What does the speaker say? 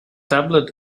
tablet